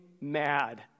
mad